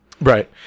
Right